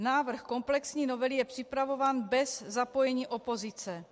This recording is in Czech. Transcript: Návrh komplexní novely je připravován bez zapojení opozice.